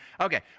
Okay